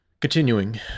Continuing